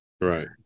right